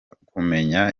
kumenya